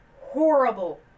horrible